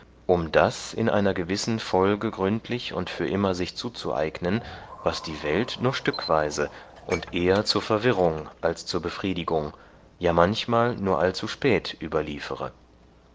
um das in einer gewissen folge gründlich und für immer sich zuzueignen was die welt nur stückweise und eher zur verwirrung als zur befriedigung ja manchmal nur allzuspät überliefere